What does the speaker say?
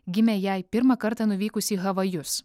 gimė jai pirmą kartą nuvykus į havajus